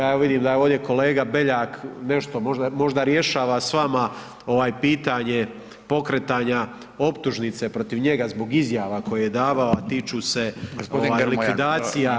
Evo vidim da je ovdje kolega BEljak nešto možda rješava s nama pitanje pokretanja optužnice protiv njega zbog izjava koje je davao, a tiču se likvidacija